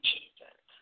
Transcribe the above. Jesus